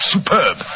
Superb